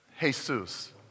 Jesus